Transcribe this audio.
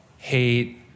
hate